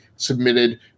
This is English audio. submitted